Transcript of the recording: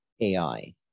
AI